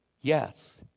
Yes